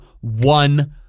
one